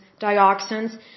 dioxins